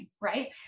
right